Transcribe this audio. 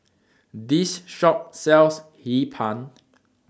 This Shop sells Hee Pan